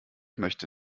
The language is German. möchte